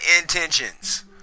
intentions